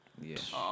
Yes